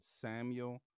Samuel